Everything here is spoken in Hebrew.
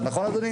נכון אדוני?